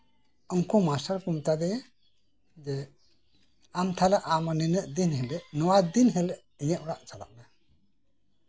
ᱩᱱᱠᱩ ᱢᱟᱥᱴᱟᱨ ᱠᱚ ᱢᱮᱛᱟᱹᱧ ᱠᱟᱱᱟ ᱟᱢ ᱛᱟᱦᱞᱮ ᱱᱚᱣᱟ ᱫᱤᱱ ᱦᱤᱞᱳᱜ ᱤᱧᱟᱹᱜ ᱚᱲᱟᱜ ᱪᱟᱞᱟᱜ ᱢᱮ